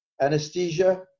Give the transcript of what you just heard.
anesthesia